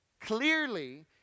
clearly